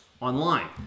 online